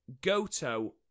Goto